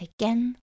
again